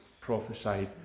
prophesied